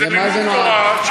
למה זה נועד?